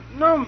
no